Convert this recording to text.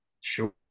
Sure